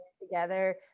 together